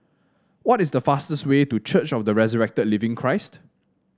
what is the fastest way to Church of the Resurrected Living Christ